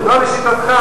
לא, לשיטתך.